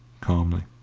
calmly.